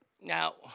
now